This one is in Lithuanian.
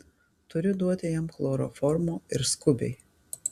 turiu duoti jam chloroformo ir skubiai